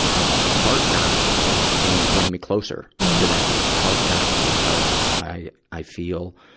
a partner can bring me closer to that partner because i, i feel,